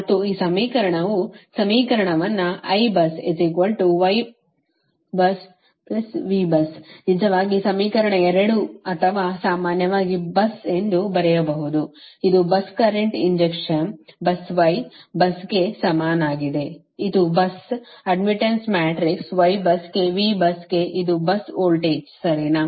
ಮತ್ತು ಈ ಸಮೀಕರಣವು ಸಮೀಕರಣವನ್ನು ನಿಜವಾಗಿ ಸಮೀಕರಣ 2 ಅಥವಾ ಸಾಮಾನ್ಯವಾಗಿ ಬಸ್ ಎಂದು ಬರೆಯಬಹುದು ಇದು bus current injection bus y ಬಸ್ಗೆ ಸಮಾನವಾಗಿದೆ ಇದು ಬಸ್ ಅಡ್ಡ್ಮಿಟ್ಟನ್ಸ್ ಮ್ಯಾಟ್ರಿಕ್ಸ್ y ಬಸ್ಗೆ V ಬಸ್ಗೆ ಇದು ಬಸ್ ವೋಲ್ಟೇಜ್ ಸರಿನಾ